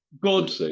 good